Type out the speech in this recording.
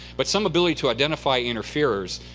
but some ability to identify interferers,